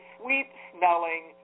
sweet-smelling